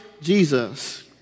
Jesus